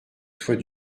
soit